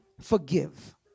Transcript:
forgive